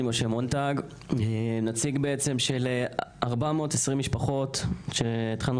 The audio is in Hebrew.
אני משה מונטג נציג של 420 משפחות שהתחלנו